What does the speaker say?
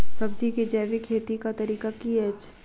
सब्जी केँ जैविक खेती कऽ तरीका की अछि?